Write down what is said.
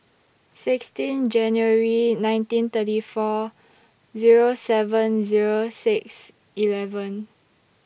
sixteen January nineteen thirty four Zero seven Zero six eleven